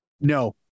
No